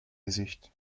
gesicht